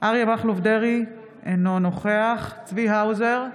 אריה מכלוף דרעי, אינו נוכח צבי האוזר,